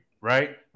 right